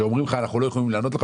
כאשר אומרים לך שלא יכולים לענות לך,